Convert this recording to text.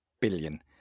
billion